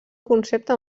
concepte